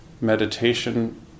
meditation